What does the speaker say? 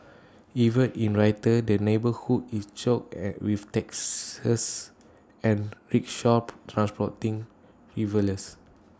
even in winter the neighbourhood is choked IT with taxes and rickshaws transporting revellers